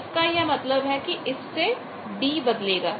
इसका यह मतलब है इससे d बदलेगा